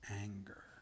anger